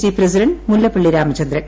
C president Mullappally Ramachandran